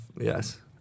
yes